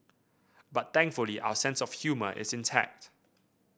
but thankfully our sense of humour is intact